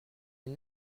une